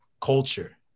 culture